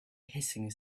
hissing